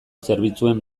zerbitzuen